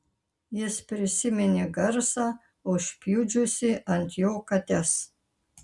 jis prisiminė garsą užpjudžiusį ant jo kates